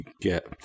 get